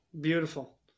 Beautiful